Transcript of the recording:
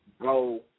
go